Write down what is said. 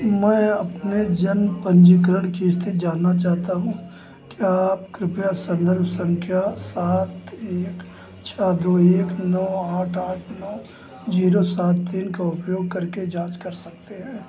मैं अपने जन्म पंजीकरण की स्थिति जानना चाहता हूँ क्या आप कृपया संदर्भ संख्या सात एक छः दो एक नौ आठ आठ नौ जीरो सात तीन का उपयोग करके जाँच कर सकते हैं